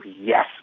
yes